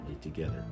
together